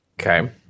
Okay